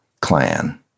clan